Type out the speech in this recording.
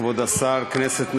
כבוד השר, כנסת נכבדה,